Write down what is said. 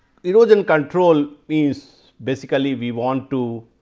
erosion control is basically we want to